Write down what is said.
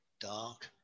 dark